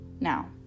Now